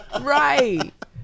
Right